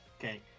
Okay